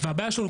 והבעיה שלנו,